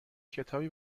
کتابی